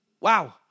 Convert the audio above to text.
Wow